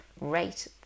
rate